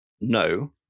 no